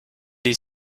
est